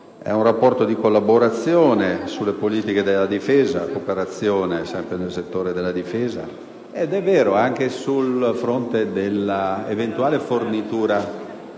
è un rapporto di collaborazione sulle politiche della difesa, un'operazione sempre nel settore della difesa, ed è vero che è anche un rapporto sul fronte della eventuale fornitura